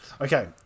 Okay